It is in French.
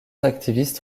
activistes